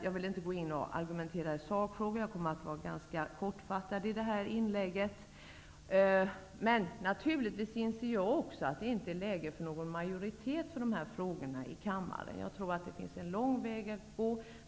Jag vill inte här gå in och argumentera i sakfrågor, utan jag kommer att fatta mig ganska kort i detta inlägg. Naturligtvis inser också jag att det inte är läge för någon majoritet i kammmaren i dessa frågor. Jag tror att det är en lång väg att gå.